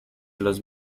los